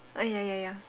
ah ya ya ya